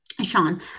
Sean